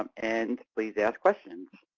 um and please ask questions.